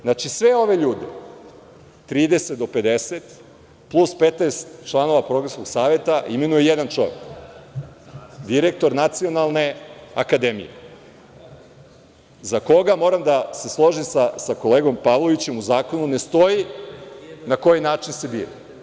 Znači, sve ove ljude, 30 do 50, plus 15 članova Programskog saveta, imenuje jedan čovek, direktor Nacionalne akademije, za koga, moram da se složim sa kolegom Pavlovićem, u zakonu ne stoji na koji način se bira.